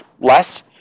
less